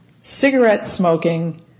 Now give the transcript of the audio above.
cigarette-smoking